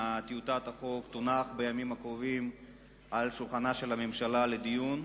הטיוטה תונח בימים הקרובים על שולחנה של הממשלה לדיון.